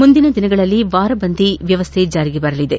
ಮುಂದಿನ ದಿನಗಳಲ್ಲಿ ವಾರಬಂದಿ ವ್ಯವಸ್ಥೆ ಜಾರಿಗೆ ಬರಲಿದೆ